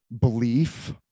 belief